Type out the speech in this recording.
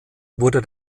wurde